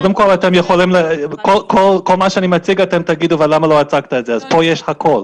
פה יש הכול.